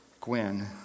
Gwen